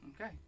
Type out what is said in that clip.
Okay